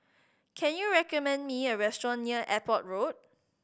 can you recommend me a restaurant near Airport Road